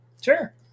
Sure